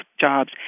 jobs